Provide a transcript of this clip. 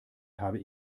habe